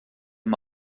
amb